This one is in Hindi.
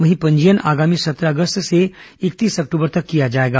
वहीं पंजीयन आगामी सत्रह अगस्त से इकतीस अक्टूबर तक किया जाएगा